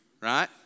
right